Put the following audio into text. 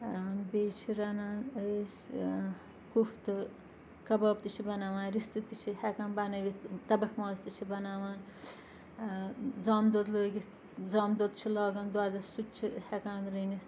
بیٚیہِ چھِ رَنان أسۍ کُفتہٕ کَباب تہِ چھِ بَناوان رِستہٕ تہِ چھِ ہیکان بَنٲوِتھ تَبَکھ ماز تہِ چھِ بَناوان زامہٕ دۄد لٲگِتھ زامہٕ دۄد چھِ لاگان دۄدَس سُہ تہِ چھِ ہیکان رٔنِتھ